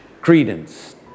credence